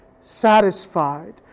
satisfied